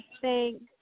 Thanks